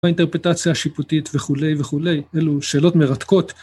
האינטרפטציה השיפוטית וכולי וכולי אלו שאלות מרתקות